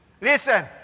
Listen